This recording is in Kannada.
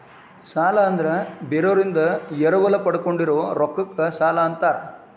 ಸಾಲ ಅಂದ್ರ ಬೇರೋರಿಂದ ಎರವಲ ಪಡ್ಕೊಂಡಿರೋ ರೊಕ್ಕಕ್ಕ ಸಾಲಾ ಅಂತಾರ